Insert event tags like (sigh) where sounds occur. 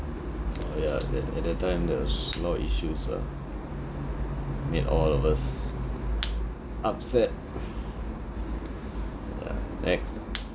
orh ya that at that time there's a lot of issues ah made all of us upset (noise) ya next